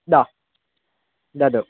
वद वद